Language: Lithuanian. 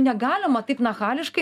negalima taip nachaniškai